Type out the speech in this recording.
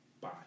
bye